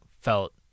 felt